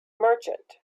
merchant